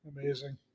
Amazing